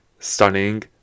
stunning